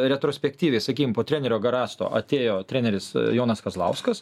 retrospektyviai sakykim po trenerio garasto atėjo treneris jonas kazlauskas